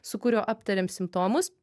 su kuriuo aptarėm simptomus